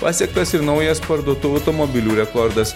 pasiektas ir naujas parduotų automobilių rekordas